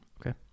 Okay